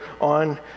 on